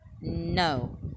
No